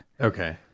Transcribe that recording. Okay